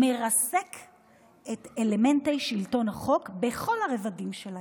מרסק את אלמנטי שלטון החוק בכל הרבדים שלהם.